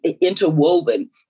interwoven